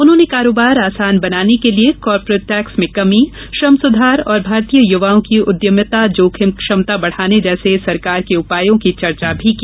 उन्होंने कारोबार आसान बनाने के लिए कॉरपोरेट टैक्स में कमी श्रम सुधार और भारतीय युवाओं की उद्यमिता जोखिम क्षमता बढाने जैसे सरकार के उपायों की चर्चा भी की